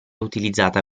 utilizzata